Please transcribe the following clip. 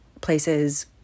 places